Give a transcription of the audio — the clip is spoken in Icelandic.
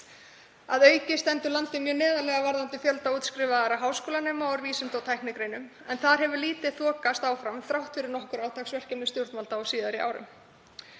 Að auki stendur landið mjög neðarlega varðandi fjölda útskrifaðra háskólanema úr vísinda- og tæknigreinum en þar hefur lítið þokast áfram þrátt fyrir nokkur átaksverkefni stjórnvalda á síðustu árum.